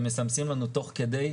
והם מסמסים לנו תוך כדי.